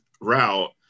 route